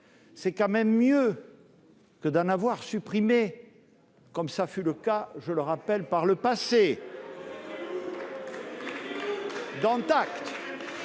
est quand même mieux que d'en avoir supprimés, comme cela a pu être le cas, je le rappelle, par le passé. Dont acte